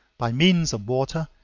by means of water,